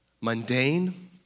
mundane